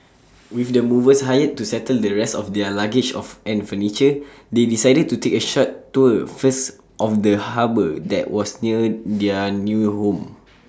with the movers hired to settle the rest of their luggage of and furniture they decided to take A short tour first of the harbour that was near their new home